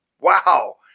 Wow